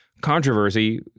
controversy